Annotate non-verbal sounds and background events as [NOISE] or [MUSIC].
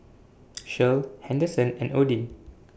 [NOISE] Shirl Henderson and Odin